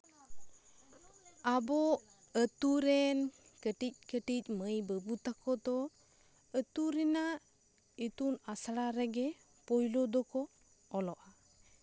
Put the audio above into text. ᱟᱵᱚ ᱟᱛᱳ ᱨᱮᱱ ᱠᱟᱹᱴᱤᱡ ᱠᱟᱹᱴᱤᱡ ᱢᱟᱹᱭ ᱵᱟᱹᱵᱩ ᱛᱟᱠᱚ ᱫᱚ ᱟᱛᱳ ᱨᱮᱱᱟᱜ ᱤᱛᱩᱱ ᱟᱥᱲᱟ ᱨᱮᱜᱮ ᱯᱳᱭᱞᱳ ᱫᱚᱠᱚ ᱚᱞᱚᱜᱼᱟ